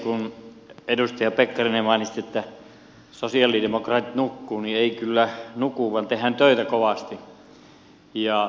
kun edustaja pekkarinen mainitsi että sosialidemokraatit nukkuvat niin eivät kyllä nuku vaan tehdään töitä kovasti